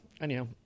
Anyhow